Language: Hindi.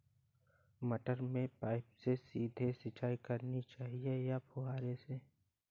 मटर में पाइप से सीधे सिंचाई करनी चाहिए या फुहरी से?